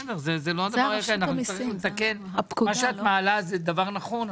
מה שאת מעלה הוא דבר נכון,